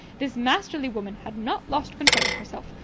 this masterly woman had not lost control of herself,